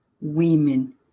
women